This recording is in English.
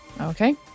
Okay